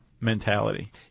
mentality